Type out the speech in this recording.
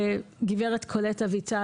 גברת קולט אביטל,